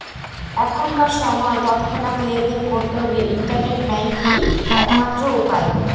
এখনকার সময় তৎক্ষণাৎ লেনদেন করতে হলে ইন্টারনেট ব্যাঙ্কই এক মাত্র উপায়